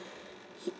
he